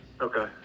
Okay